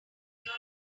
your